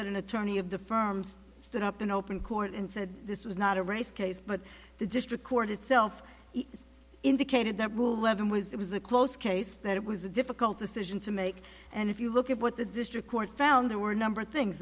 that an attorney of the firms stood up in open court and said this was not a race case but the district court itself indicated that rule levin was it was a close case that it was a difficult decision to make and if you look at what the district court found there were a number of things